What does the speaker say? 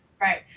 Right